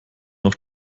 noch